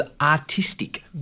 artistic